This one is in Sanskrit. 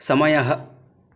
समयः